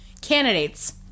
Candidates